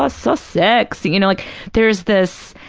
ah so sexy, you know, like there's this,